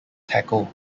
tackle